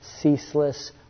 ceaseless